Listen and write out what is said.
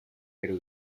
pero